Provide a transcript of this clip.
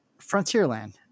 Frontierland